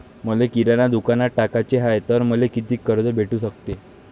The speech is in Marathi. मले किराणा दुकानात टाकाचे हाय तर मले कितीक कर्ज भेटू सकते?